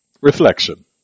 Reflection